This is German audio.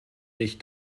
mich